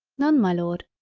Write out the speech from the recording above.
none my lord.